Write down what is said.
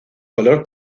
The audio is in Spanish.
color